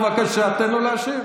בבקשה, תן לו להשיב.